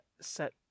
set